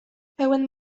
pełen